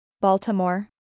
Baltimore